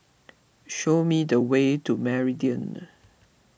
show me the way to Meridian